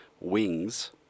Wings